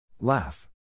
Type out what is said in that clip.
Laugh